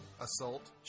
assault